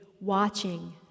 watching